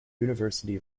university